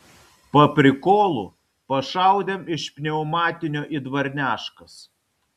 paprikolu pašaudėm iš pniaumatinio į dvarneškas